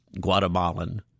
Guatemalan